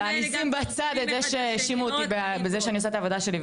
אשים בצד את זה שהאשימו אותי בזה שאני עושה את העבודה שלי,